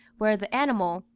where the animal,